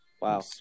Wow